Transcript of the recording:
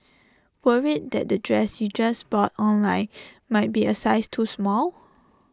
worried that the dress you just bought online might be A size too small